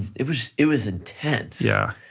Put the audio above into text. it was it was intense. yeah